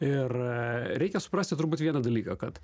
ir reikia suprasti turbūt vieną dalyką kad